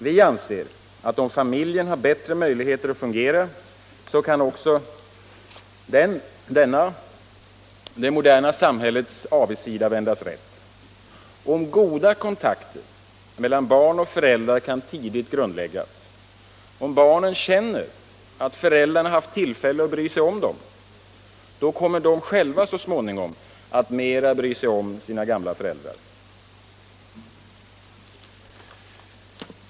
Vi anser att om familjen har bättre möjligheter att fungera, kan också denna det moderna samhällets avigsida vändas rätt. Om goda kontakter mellan barn och föräldrar kan tidigt grundläggas, om barnen känner att föräldrarna har tillfälle att bry sig om dem, kommer de också själva så småningom att mera bry sig om sina gamla föräldrar.